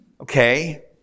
okay